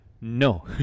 no